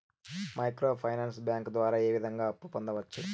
micro finance bank ద్వారా ఏ విధంగా అప్పు పొందొచ్చు